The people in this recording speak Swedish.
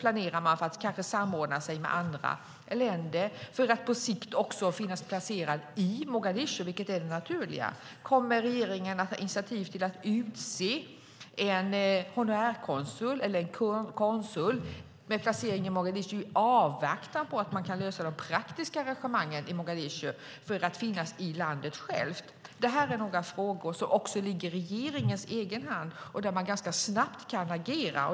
Planerar man kanske att samordna sig med andra länder för att på sikt finnas placerad i Mogadishu, vilket är det naturliga? Kommer regeringen att ta initiativ till att utse en honorärkonsul eller en konsul med placering i Mogadishu i avvaktan på att man kan lösa de praktiska arrangemangen där för att själv finnas i landet? Detta är några frågor som ligger i regeringens egen hand och där man ganska snabbt kan agera.